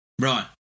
Right